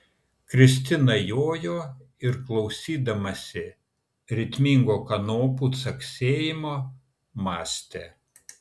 kristina jojo ir klausydamasi ritmingo kanopų caksėjimo mąstė